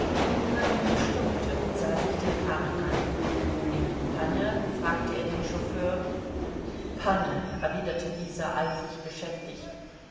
flametti stoppte und sah sich den karren an panne fragte er den chauffeur panne erwiderte dieser eifrig beschäftigt